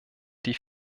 die